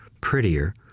prettier